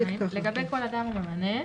"(2) לגבי כל אדם או ממנה,